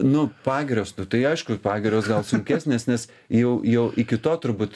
nu pagirios tai aišku pagirios gal sunkesnės nes jau jau iki to turbūt